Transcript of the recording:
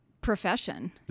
profession